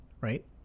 right